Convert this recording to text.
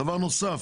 דבר נוסף.